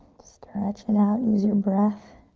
stretching' out, use your breath.